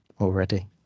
already